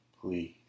please